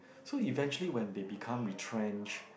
so eventually when they become retrenched